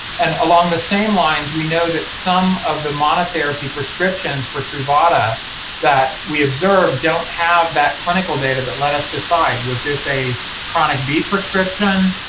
and along the same lines, we know that some of the monotherapy prescriptions for truvada that we observed don't have that clinical data that let us decide was this a chronic b prescription,